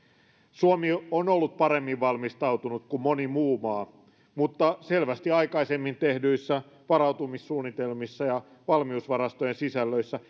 suomi on ollut paremmin valmistautunut kuin moni muu maa mutta selvästi aikaisemmin tehdyissä varautumissuunnitelmissa ja valmiusvarastojen sisällöissä